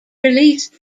released